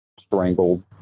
strangled